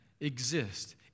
exist